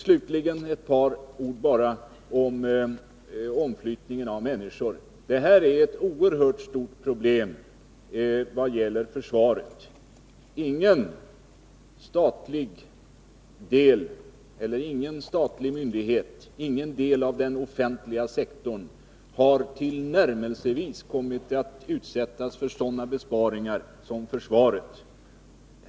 Slutligen ett par ord om omflyttningen av människor: Det handlar om ett oerhört stort problem vad gäller försvaret. Ingen del av den offentliga sektorn har tillnärmelsevis kommit att utsättas för så stora besparingar som försvaret.